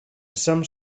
some